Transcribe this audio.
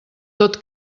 tot